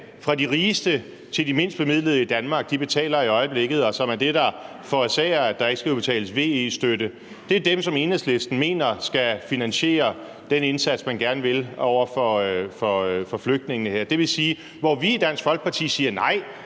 fra de rigeste til de mindst bemidlede i Danmark betaler i øjeblikket, og som er det, der forårsager, at der ikke skal udbetales VE-støtte, er dem, som Enhedslisten mener skal finansiere den indsats, man gerne vil gøre over for flygtningene her. I Dansk Folkeparti siger vi: